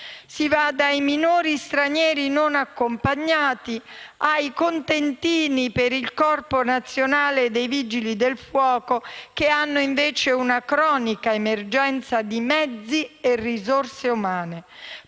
Si va dai minori stranieri non accompagnati ai contentini per il Corpo nazionale dei vigili del fuoco, che ha invece una cronica emergenza di mezzi e risorse umane,